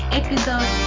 episode